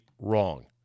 wrong